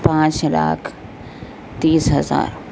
پانچ لاکھ تیس ہزار